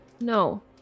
No